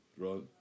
right